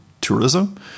tourism